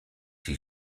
his